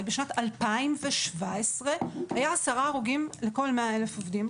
בשנת 2017 היה 10 הרוגים לכל 100,000 עובדים,